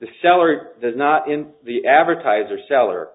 the seller does not in the advertiser seller